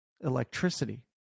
electricity